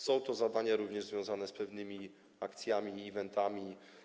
Są to zadania również związane z pewnymi akcjami, eventami.